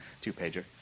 two-pager